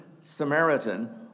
Samaritan